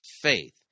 faith